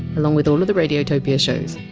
along with all of the radiotopia shows,